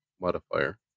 modifier